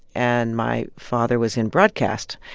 and my father was in broadcast,